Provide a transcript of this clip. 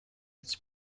its